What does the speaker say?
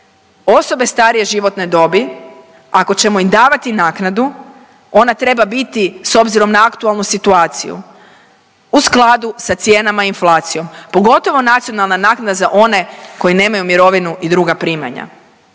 Osobe starije životne dobi ako ćemo im davati naknadu ona treba biti s obzirom na aktualnu situaciju u skladu sa cijenama i inflacijom, pogotovo nacionalna naknada za one koji nemaju mirovinu i druga primanja,